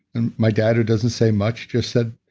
and my dad who doesn't say much just said,